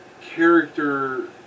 character